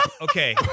Okay